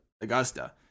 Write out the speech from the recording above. Augusta